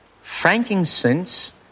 frankincense